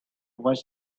was